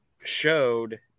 showed